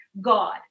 God